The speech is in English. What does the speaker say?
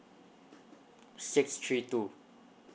six three two